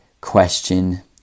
question